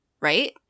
right